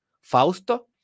Fausto